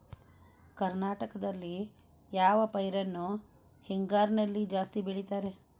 ಕರ್ನಾಟಕದಲ್ಲಿ ಯಾವ ಪೈರನ್ನು ಹಿಂಗಾರಿನಲ್ಲಿ ಜಾಸ್ತಿ ಬೆಳೆಯುತ್ತಾರೆ?